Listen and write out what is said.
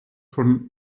von